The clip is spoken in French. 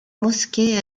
mosquée